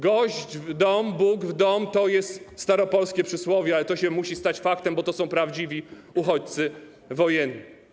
Gość w dom, Bóg w dom - to jest staropolskie przysłowie, ale to się musi stać faktem, bo to są prawdziwi uchodźcy wojenni.